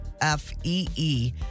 F-E-E-